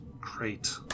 great